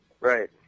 Right